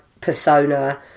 persona